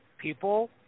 people